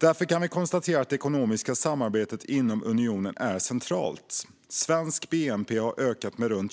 Därför kan vi konstatera att det ekonomiska samarbetet inom unionen är centralt. Svensk bnp har ökat med